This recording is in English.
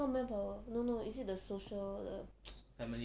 not manpower no no is it the social the ya